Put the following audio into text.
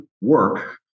Work